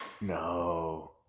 No